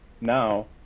now